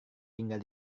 tinggal